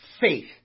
faith